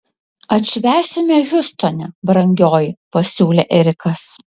atšvęsime hjustone brangioji pasiūlė erikas